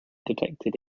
detected